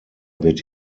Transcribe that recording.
wird